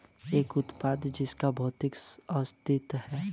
एक उत्पाद जिसका भौतिक अस्तित्व है?